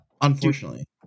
unfortunately